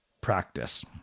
practice